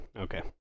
Okay